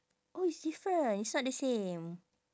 oh it's different it's not the same